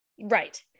right